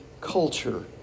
culture